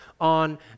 on